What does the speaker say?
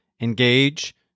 engage